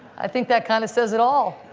i think that kind of says it all.